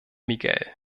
miguel